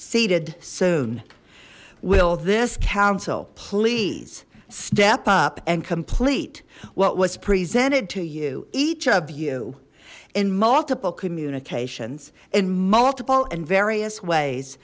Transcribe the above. seated soon will this council please step up and complete what was presented to you each of you in multiple communications in multiple and various ways